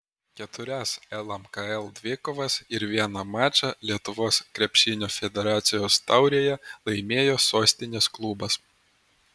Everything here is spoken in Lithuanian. keturias lmkl dvikovas ir vieną mačą lietuvos krepšinio federacijos taurėje laimėjo sostinės klubas